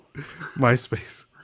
myspace